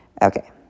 Okay